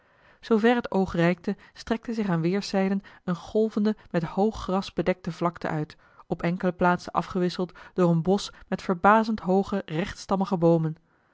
zoover het oog reikte strekte zich aan weerszijden eene golvende met hoog gras bedekte vlakte uit op enkele plaatsen afgewisseld door een bosch met verbazend hooge rechtstammige boomen